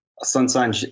Sunshine